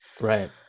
right